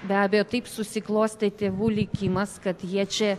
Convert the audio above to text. be abejo taip susiklostė tėvų likimas kad jie čia